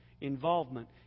involvement